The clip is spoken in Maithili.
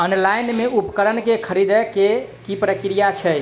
ऑनलाइन मे उपकरण केँ खरीदय केँ की प्रक्रिया छै?